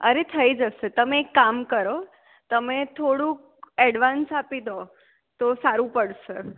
અરે થઈ જશે તમે એક કામ કરો તમે થોડુંક એડવાન્સ આપી દો તો સારું પડશે